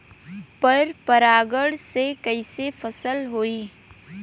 पर परागण से कईसे फसल होई?